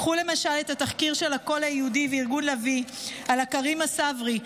קחו למשל את התחקיר של הקול היהודי וארגון לביא על עכרימה צברי,